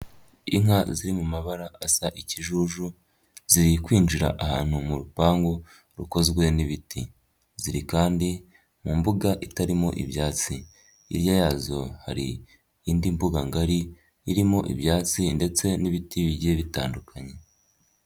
Inka ziri mu mabara asa ikijuju, ziri kwinjira ahantu mu rupangu rukozwe n'ibiti, ziri kandi mu mbuga itarimo ibyatsi, hirya yazo hari indi mbuga ngari irimo ibyatsi ndetse n'ibiti bigiye bitandukanye.